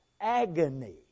agony